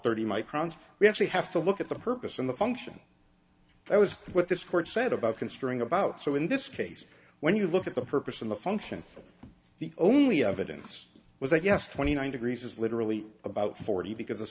microns we actually have to look at the purpose and the function that was what this court said about considering about so in this case when you look at the purpose of the function the only evidence was that yes twenty nine degrees is literally about forty because